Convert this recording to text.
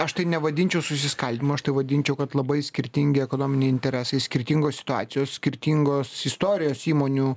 aš tai nevadinčiau susiskaldymu aš tai vadinčiau kad labai skirtingi ekonominiai interesai skirtingos situacijos skirtingos istorijos įmonių